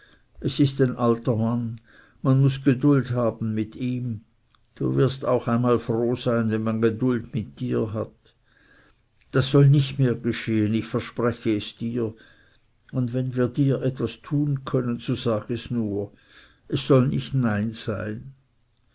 es ist ein alter mann man muß geduld mit ihm haben du wirst einmal auch froh sein wenn man geduld mit dir hat das soll nicht mehr geschehen ich verspreche es dir und wenn wir dir etwas tun können so sag es nur es soll nicht nein sein